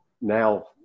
now